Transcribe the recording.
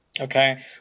Okay